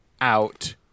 out